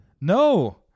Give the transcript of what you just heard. No